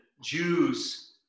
Jews